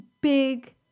big